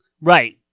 Right